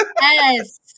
Yes